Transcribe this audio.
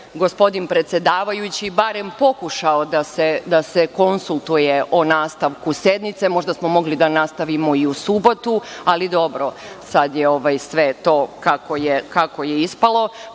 gospodin predsedavajući barem pokušao da se konsultuje o nastavku sednice. Možda smo mogli da nastavimo i u subotu, ali dobro, sad je sve to kako je